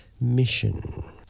mission